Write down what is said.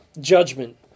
judgment